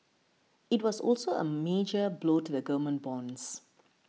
it was also a major blow to the government bonds